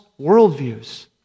worldviews